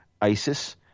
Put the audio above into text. ISIS